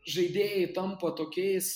žaidėjai tampa tokiais